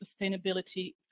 sustainability